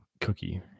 cookie